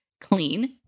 clean